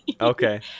Okay